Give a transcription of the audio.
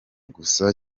gusa